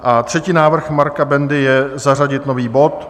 A třetí návrh Marka Bendy je zařadit nový bod.